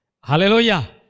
Hallelujah